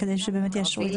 בגזר.